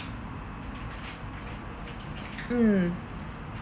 mm